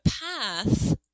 path